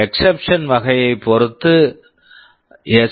exception exception வகையைப் பொறுத்து 5 S